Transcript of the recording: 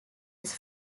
his